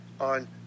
on